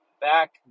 back